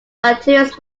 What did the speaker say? materials